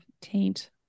taint